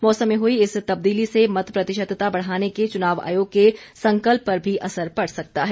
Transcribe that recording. मौसम में हुई इस तबदीली से मत प्रतिशतता बढ़ाने के चुनाव आयोग के संकल्प पर भी असर पड़ सकता है